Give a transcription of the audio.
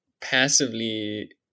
passively